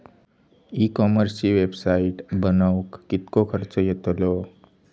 E कॉमर्सची website बनवक किततो खर्च येतलो?